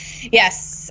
yes